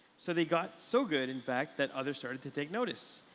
so they got so good, in fact, that others started to take notice.